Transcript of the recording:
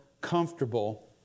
comfortable